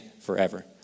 forever